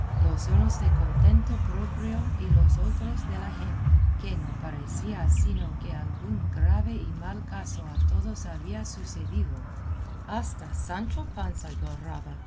los unos de contento proprio y los otros del ajeno que no parecía sino que algún grave y mal caso a todos había sucedido hasta sancho panza